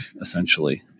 essentially